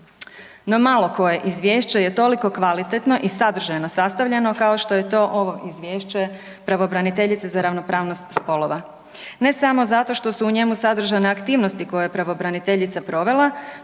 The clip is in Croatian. No malo koje izvješće je toliko kvalitetno i sadržajno sastavljeno kao što je to ovo izvješće pravobraniteljice za ravnopravnost spolova, ne samo zato što su u njemu sadržane aktivnosti koje pravobraniteljica provela